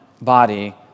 body